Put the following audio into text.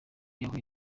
yahuye